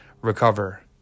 recover